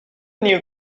knew